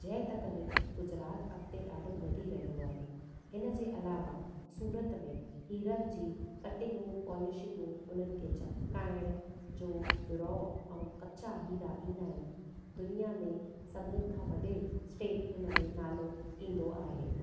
जंहिं त करे गुजरात अॻिते ॾाढो वधी रहियो आहे हिनजे अलावा सूरत में हीरनि जी कटिंगूं पॉलिशिंगू उन्हनि खे चमकाइण जो रॉ ऐं कचा हीरा ईंदा आहिनि दुनियां में सभिनीनि खां वॾे स्टेट हुनमें नालो ईंदो आहे